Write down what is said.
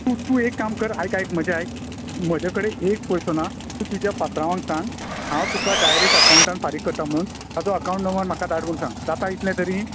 तूं तूं एक काम कर आयक आयक म्हजें आयक म्हजे कडेन एक पयसो ना तूं तुज्या पात्रांवाक सांग हांव तुका डायरेक्ट अकावटांत फारीक करता म्हणून ताचो अकावटं नंबर म्हाका धाड म्हूण सांग जाता इतले तरी